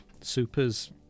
Super's